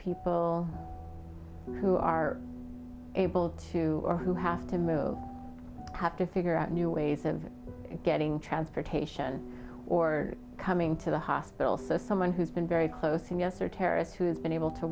people who are able to or who have to move have to figure out new ways of getting transportation or coming to the hospital so someone who's been very close in the us or terrorists who's been able to